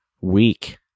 week